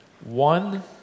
one